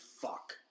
fuck